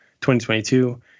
2022